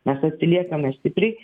mes atsiliekame stipriai